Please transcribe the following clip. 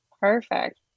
perfect